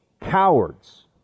cowards